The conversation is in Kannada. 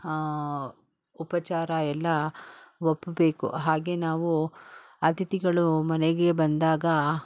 ಆಂ ಉಪಚಾರ ಎಲ್ಲಾ ಒಪ್ಬೇಕು ಹಾಗೆ ನಾವು ಅತಿಥಿಗಳು ಮನೆಗೆ ಬಂದಾಗ